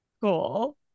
Cool